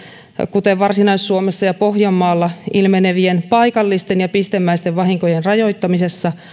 kuten varsinais suomessa ja pohjanmaalla ilmenevien paikallisten ja pistemäisten vahinkojen rajoittamisessa